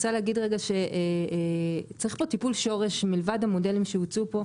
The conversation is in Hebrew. צריך טיפול שורש מלבד המודלים שפה,